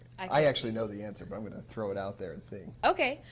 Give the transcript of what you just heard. i actually know the answer, but i will throw it out there and see. okay.